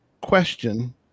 question